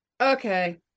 okay